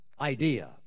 idea